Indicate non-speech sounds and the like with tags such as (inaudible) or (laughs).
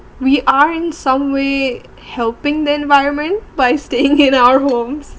we're in some way helping the environment by staying in our homes (laughs)